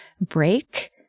break